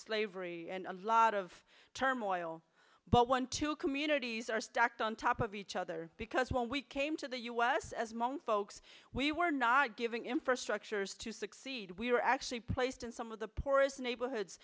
slavery and a lot of turmoil but one two communities are stacked on top of each other because when we came to the u s as hmong folks we were not giving infrastructures to succeed we were actually placed in some of the poorest neighborhoods